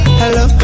hello